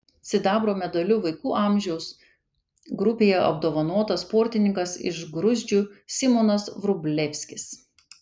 sidabro medaliu vaikų amžiaus grupėje apdovanotas sportininkas iš gruzdžių simonas vrublevskis